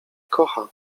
kocha